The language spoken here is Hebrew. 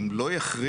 אם לא יחריגו,